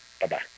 Bye-bye